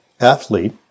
athlete